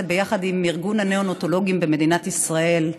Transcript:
ביחד עם ארגון הנאונטולוגים במדינת ישראל,